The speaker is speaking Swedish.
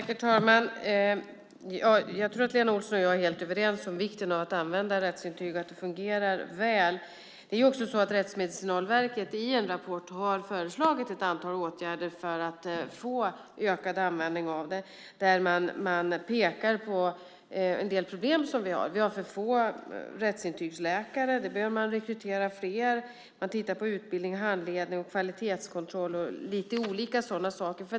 Herr talman! Jag tror att Lena Olsson och jag är helt överens om vikten av att använda rättsintyg och att det fungerar väl. Det är också så att Rättsmedicinalverket i en rapport har föreslagit ett antal åtgärder för att få ökad användning av detta. Man pekar på en del problem som vi har. Vi har för få rättsintygsläkare. Fler behöver rekryteras. Man tittar på utbildning, handledning, kvalitetskontroller och lite olika sådana saker.